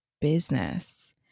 business